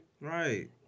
Right